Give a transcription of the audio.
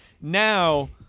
now